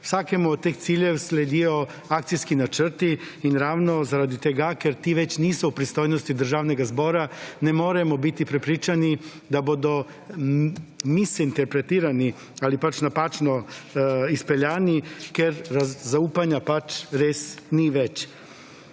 Vsakemu od teh ciljev sledijo akcijski načrti. In ravno zaradi tega, ker ti več niso v pristojnosti državnega zbora ne moremo biti prepričani, da bodo / nerazumljivo/ interpretirani ali pač napačno izpeljani, ker zaupanja pač res ni več.